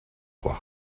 trois